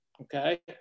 okay